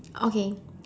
okay